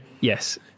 Yes